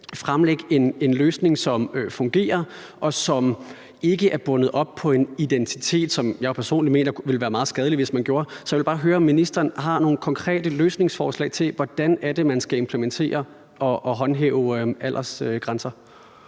fremlægge en løsning, der fungerer, og som ikke er bundet op på en identitet, og som jeg personligt mener ville være meget skadelig hvis man implementerede. Så jeg vil bare høre, om ministeren har nogle konkrete løsningsforslag til, hvordan man skal implementere og håndhæve aldersgrænser.